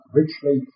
richly